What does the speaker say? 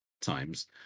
times